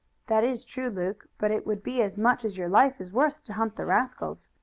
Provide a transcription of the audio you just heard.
that is true, luke, but it would be as much as your life is worth to hunt the rascals.